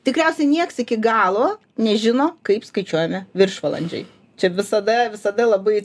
tikriausiai nieks iki galo nežino kaip skaičiuojami viršvalandžiai čia visada visada labai